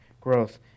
growth